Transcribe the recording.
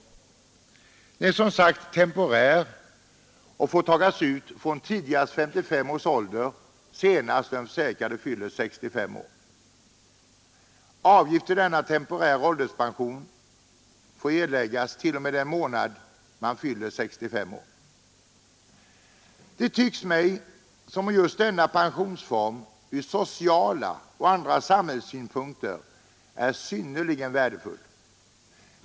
Försäkringen är som sagt temporär och får tas ut från tidigast 55 års ålder och senast det år då den försäkrade fyller 65 år. Avgift till denna temporära ålderspension får erläggas t.o.m. den månad man fyller 65 år. Det tycks mig som om just denna pensionsform från sociala och andra samhällssynpunkter vore synnerligen värdefull.